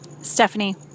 Stephanie